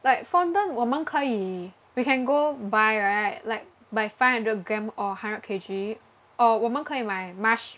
like fondant 我们可以 we can go buy right like by five hundred gram or hundred K_G or 我们可以买 marsh~